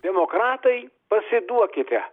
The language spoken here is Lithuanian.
demokratai pasiduokite